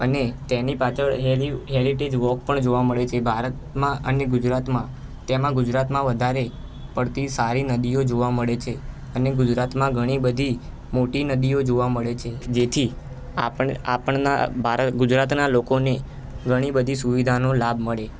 અને તેની પાછળ હેલીવ હેરિટેજ વોક પણ જોવા મળે છે ભારતમાં અને ગુજરાતમાં તેમાં ગુજરાતમાં વધારે પડતી સારી નદીઓ જોવા મળે છે અને ગુજરાતમાં ઘણીબધી મોટી નદીઓ જોવા મળે છે જેથી આપણ આપણના ભાર ગુજરાતનાં લોકોને ઘણીબધી સુવિધાનો લાભ મળે